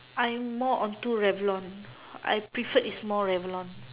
I'm more onto rebound I preferred is more Revlon